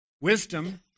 wisdom